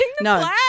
No